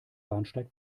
bahnsteig